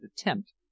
attempt